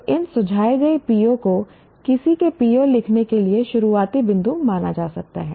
तो इन सुझाए गए PO को किसी के PO लिखने के लिए शुरुआती बिंदु माना जा सकता है